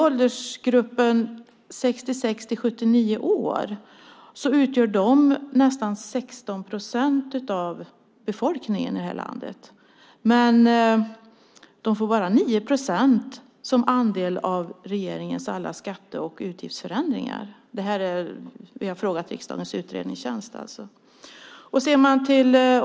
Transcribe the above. Åldersgruppen 66-79 år utgör nästan 16 procent av befolkningen i det här landet. Men de får bara 9 procent som andel av regeringens alla skatte och utgiftsförändringar - vi har frågat riksdagens utredningstjänst om detta.